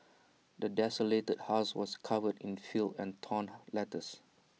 the desolated house was covered in filth and torn letters